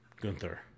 Gunther